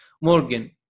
Morgan